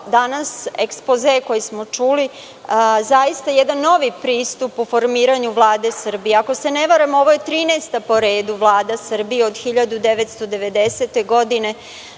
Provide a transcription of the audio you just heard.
danas, ekspoze koji smo čuli, zaista jedan novi pristup u formiranju Vlade Srbije. Ako se ne varam ovo je 13. po redu Vlada Srbije od 1990. godine.